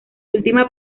última